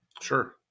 Sure